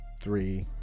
three